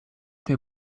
der